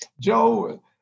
Joe